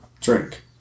Drink